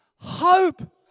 hope